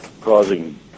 causing